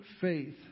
faith